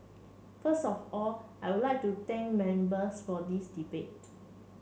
first of all I would like to thank members for this debate